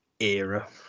era